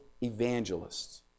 evangelists